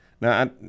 Now